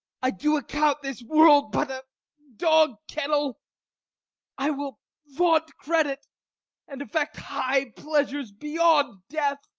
i do account this world but a dog-kennel i will vault credit and affect high pleasures beyond death.